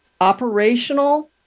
operational